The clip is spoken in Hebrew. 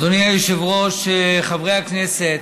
אדוני היושב-ראש, חברי הכנסת,